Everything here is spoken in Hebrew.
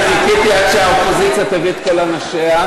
אני חיכיתי עד שהאופוזיציה תביא את כל אנשיה,